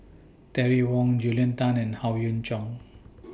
Terry Wong Julia Tan and Howe Yoon Chong